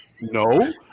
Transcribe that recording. No